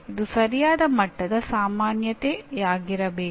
ಇದು ಸರಿಯಾದ ಮಟ್ಟದ ಸಾಮಾನ್ಯತೆಯಾಗಿರಬೇಕು